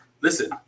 listen